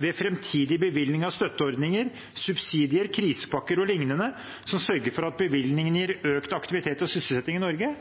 ved framtidige bevilgninger av støtteordninger, subsidier, krisepakker og lignende, som sørger for at bevilgningene gir økt aktivitet og sysselsetting i Norge –